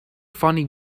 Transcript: funny